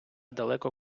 далеко